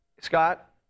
Scott